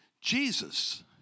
Jesus